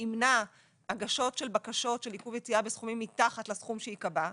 ימנע הגשות של בקשות של עיכוב יציאה בסכומים מתחת לסכום שייקבע,